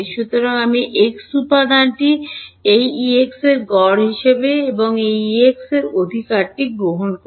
সুতরাং আমি এক্স উপাদানটি এই প্রাক্তনের গড় হিসাবে এবং এই প্রাক্তন অধিকারটি গ্রহণ করব